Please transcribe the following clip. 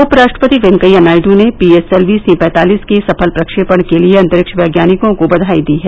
उपराष्ट्रपति वेंकैया नायड ने PSLV C पैंतालिस के सफल प्रक्षेपण के लिए अंतरिक्ष वैज्ञानिकों को बधाई दी है